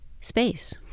space